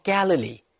Galilee